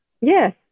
Yes